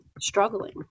struggling